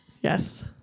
Yes